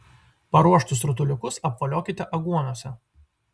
paruoštus rutuliukus apvoliokite aguonose